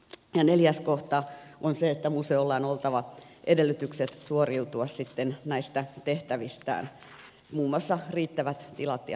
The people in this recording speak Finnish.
neljäs kohta on se että museolla on oltava edellytykset suoriutua näistä tehtävistään muun muassa riittävät tilat ja henkilöresurssit